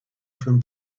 from